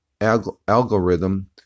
algorithm